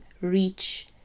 reach